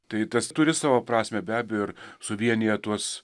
tai tas turi savo prasmę be abejo ir suvienija tuos